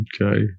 Okay